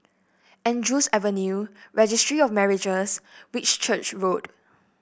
Andrews Avenue Registry of Marriages Whitchurch Road